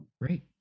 Great